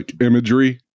imagery